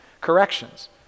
corrections